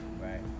Right